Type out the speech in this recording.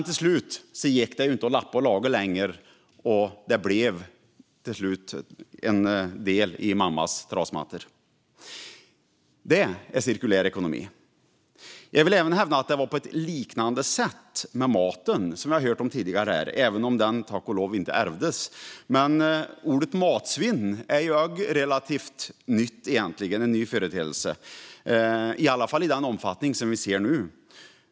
Till slut gick det förstås inte att lappa och laga längre, och kläderna blev till slut en del i mammas trasmattor. Det är cirkulär ekonomi! Jag vill också hävda att det var på ett liknande sätt med maten, som vi har hört här tidigare, även om den tack och lov inte ärvdes. Men ordet "matsvinn" är en relativt ny företeelse, i alla fall i den omfattning vi ser nu.